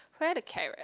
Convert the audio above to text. where the carrot